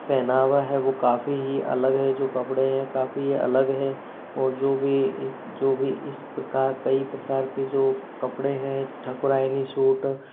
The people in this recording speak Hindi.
पहनावा है वो काफ़ी ही अलग है जो कपड़े हैं काफ़ी अलग है और जो भी जो भी इस प्रकार कई प्रकार के जो कपड़े हैं ठकुराईनी सूट